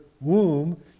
womb